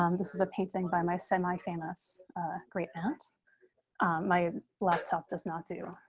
um this is a painting by my semi famous great mount my laptop does not do.